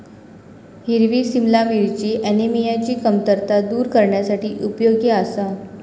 हिरवी सिमला मिरची ऍनिमियाची कमतरता दूर करण्यासाठी उपयोगी आसा